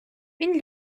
він